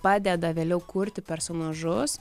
padeda vėliau kurti personažus